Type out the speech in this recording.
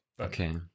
okay